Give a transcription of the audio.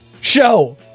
Show